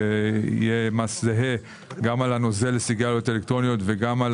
שיהיה מס זהה גם על נוזל סיגרית אלקטרוניות וגם על